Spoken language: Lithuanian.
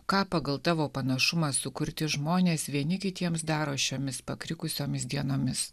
ką pagal tavo panašumą sukurti žmonės vieni kitiems daro šiomis pakrikusiomis dienomis